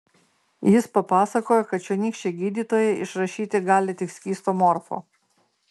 jis papasakojo kad čionykščiai gydytojai išrašyti gali tik skysto morfo